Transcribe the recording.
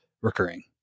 recurring